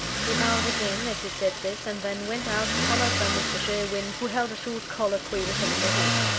he bowed again, as he said this and then went out, followed by mr. sherwin, who held a short colloquy with him in the hall.